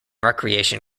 recreation